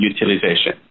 utilization